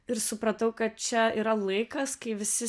ir supratau kad čia yra laikas kai visi